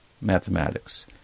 mathematics